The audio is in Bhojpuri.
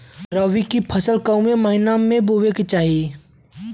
रबी की फसल कौने महिना में बोवे के चाही?